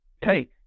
Hey